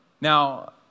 Now